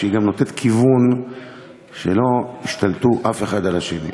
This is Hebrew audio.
שגם נותנת כיוון שלא ישתלטו אחד על השני,